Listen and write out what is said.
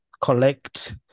collect